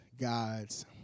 God's